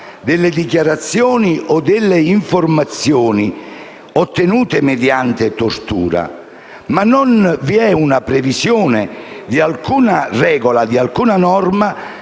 delle dichiarazioni o delle informazioni ottenute mediante tortura; ma non vi è una previsione di alcuna regola o di alcuna norma